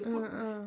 uh uh